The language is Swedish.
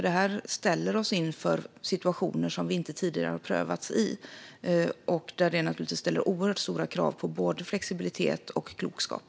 Detta ställer oss inför situationer som vi inte tidigare har prövats i, och det ställer naturligtvis oerhört stora krav på både flexibilitet och klokskap.